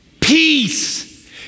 peace